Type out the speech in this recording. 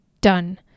done